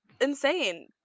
insane